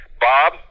bob